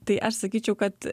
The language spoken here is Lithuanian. tai aš sakyčiau kad